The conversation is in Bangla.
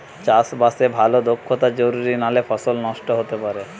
চাষে বাসে ভালো দক্ষতা জরুরি নালে ফসল নষ্ট হতে পারে